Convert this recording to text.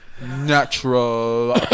Natural